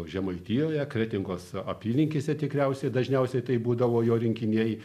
žemaitijoje kretingos apylinkėse tikriausiai dažniausiai tai būdavo jo rinkiniai